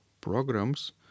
programs